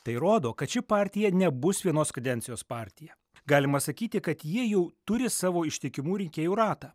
tai rodo kad ši partija nebus vienos kadencijos partija galima sakyti kad jie jau turi savo ištikimų rinkėjų ratą